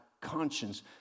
conscience